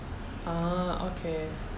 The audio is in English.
ah okay